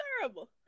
terrible